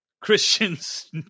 Christian's